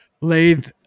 lathe